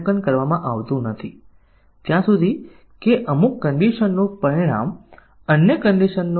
આપણે તે કેવી રીતે કરી શકીએ આપણે સુયોજિત કરી શકીએ છીએ કે આપણી પાસે નિવેદનની સંખ્યા ને સમાન એરેના એલિમેંટ છે